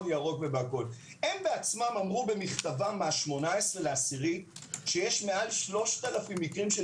ירוק ובכול - הם בעצמם אמרו במכתבם מ-18.10 שיש מעל 3,000 מקרים של